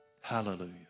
Hallelujah